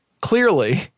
clearly